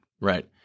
right